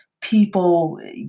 people